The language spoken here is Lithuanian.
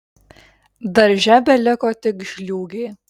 darže beliko tik žliūgė